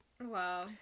wow